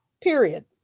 Period